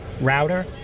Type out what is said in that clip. router